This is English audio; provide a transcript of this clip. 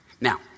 Now